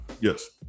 Yes